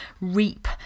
reap